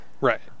right